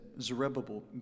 Zerubbabel